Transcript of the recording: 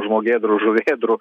žmogėdrų žuvėdrų